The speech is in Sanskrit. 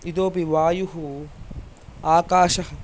इतोपि वायुः आकाशः